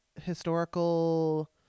historical